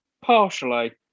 Partially